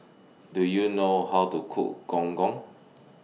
Do YOU know How to Cook Gong Gong